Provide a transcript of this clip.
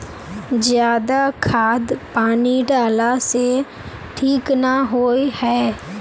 ज्यादा खाद पानी डाला से ठीक ना होए है?